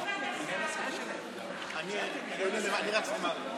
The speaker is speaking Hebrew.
אנא תפסו את מקומותיכם, אנחנו ניגשים תכף להצבעה.